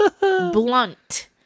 blunt